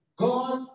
God